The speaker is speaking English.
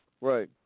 Right